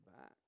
back